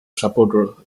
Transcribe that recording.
supporter